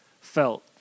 felt